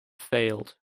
failed